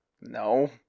No